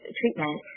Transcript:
treatment